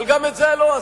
אבל גם את זה לא עשיתם.